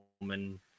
woman